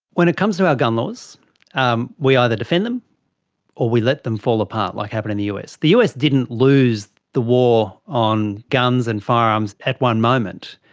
when it comes to our gun laws um we either defend them or we let them fall apart like happened in the us. the us didn't lose the war on guns and firearms at one moment,